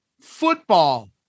football